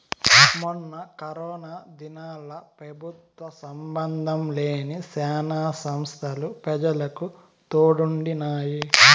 మొన్న కరోనా దినాల్ల పెబుత్వ సంబందం లేని శానా సంస్తలు పెజలకు తోడుండినాయి